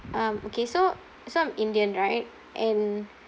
um okay so so I'm indian right and